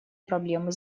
проблемы